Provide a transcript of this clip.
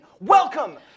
Welcome